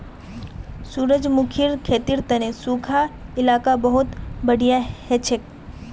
सूरजमुखीर खेतीर तने सुखा इलाका बहुत बढ़िया हछेक